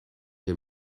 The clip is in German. der